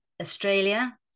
Australia